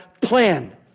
plan